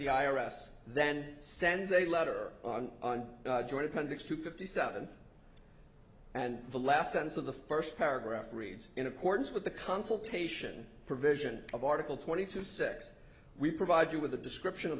r s then sends a letter on joint appendix to fifty seven and the last sense of the first paragraph reads in accordance with the consultation provision of article twenty six we provide you with a description of